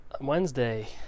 Wednesday